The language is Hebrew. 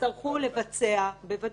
זה לא